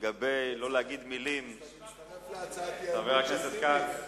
לגבי לא להגיד מלים, חבר הכנסת כץ,